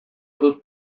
dut